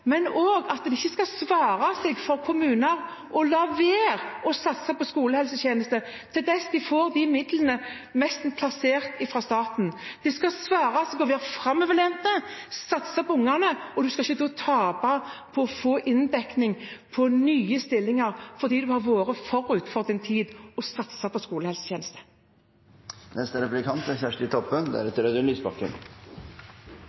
men også at det ikke skal svare seg for kommuner å la være å satse på skolehelsetjeneste inntil de får de midlene nærmest plassert fra staten. Det skal svare seg å være framoverlent og satse på ungene, og en skal ikke tape det å få inndekning for nye stillinger fordi en har vært forut for sin tid og satset på skolehelsetjeneste. Senterpartiet er